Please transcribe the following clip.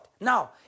now